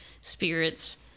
spirits